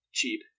cheap